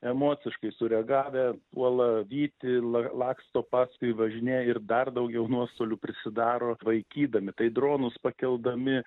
emociškai sureagavę puola vyti laksto paskui važinėja ir dar daugiau nuostolių prisidaro vaikydami tai dronus pakeldami